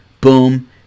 boom